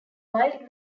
wild